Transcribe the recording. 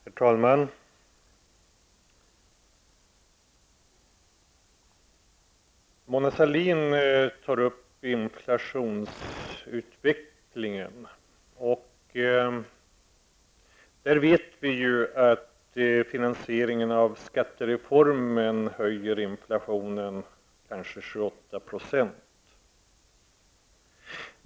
Herr talman! Mona Sahlin tog upp inflationsutvecklingen. Där vet vi att finansieringen av skattereformen höjer inflationen kanske 7--8 %.